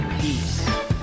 Peace